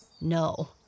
No